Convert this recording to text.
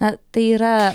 na tai yra